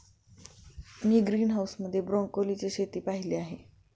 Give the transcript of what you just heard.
मी greenhouse मध्ये ब्रोकोलीची शेती पाहीली आहे